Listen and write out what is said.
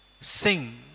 sing